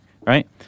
right